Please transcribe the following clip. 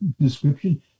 description